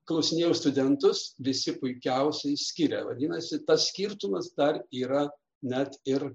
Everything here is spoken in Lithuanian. klausinėjau studentus visi puikiausiai skiria vadinasi tas skirtumas dar yra net ir